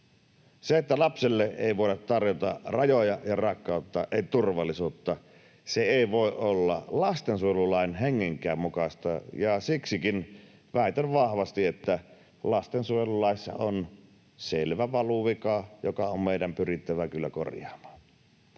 Se, että lapselle ei voida tarjota rajoja ja rakkautta, ei turvallisuutta, ei voi olla lastensuojelulain hengenkään mukaista, ja siksikin väitän vahvasti, että lastensuojelulaissa on selvä valuvika, joka on meidän pyrittävä kyllä korjaamaan.